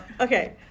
Okay